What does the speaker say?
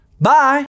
bye